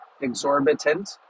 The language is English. exorbitant